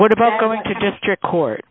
what about going to district court